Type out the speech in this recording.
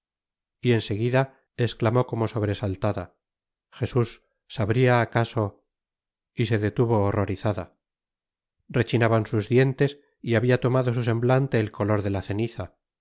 t en seguida esclamó como sobresaltada jesús sabria acaso y se detuvo horrorizada rechinaban sus dientes y habia tomado su semblante el color de la ceniza